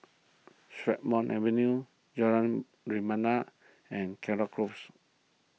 Strathmore Avenue Jalan Rebana and Caldecott Close